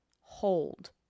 Hold